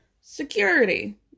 security